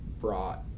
brought